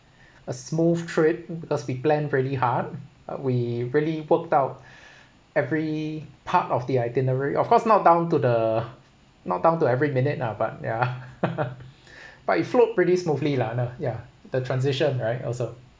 a smooth trip because we planned really hard we really worked out every part of the itinerary of course not down to the not down to every minute lah but yeah but it float pretty smoothly lah nah yeah the transition right also